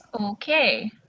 Okay